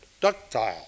ductile